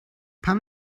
pam